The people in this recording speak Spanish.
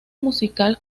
musical